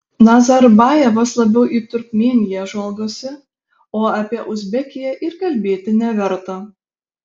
nazarbajevas labiau į turkmėniją žvalgosi o apie uzbekiją ir kalbėti neverta